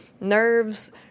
nerves